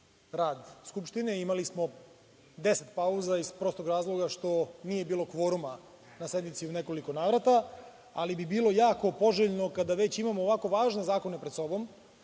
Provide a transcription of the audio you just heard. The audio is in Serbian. rad Skupštine. Imali smo 10 pauza, iz prostog razloga što nije bilo kvoruma na sednici u nekoliko navrata. Ali, bilo bi jako poželjno, kada već imamo ovako važne zakone pred sobom,